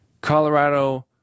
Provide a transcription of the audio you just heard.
Colorado